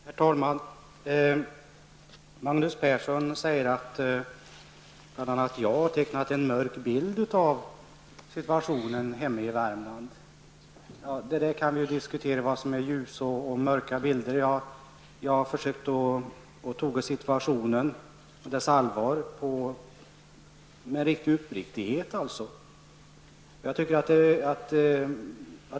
Herr talman! Magnus Persson säger att bl.a. jag har tecknat en mörk bild av situationen hemma i Värmland. Man kan diskutera vilka bilder som är mörka och ljusa. Jag har försökt att ta situationen på allvar och med uppriktighet.